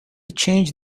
change